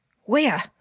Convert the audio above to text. Where